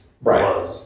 right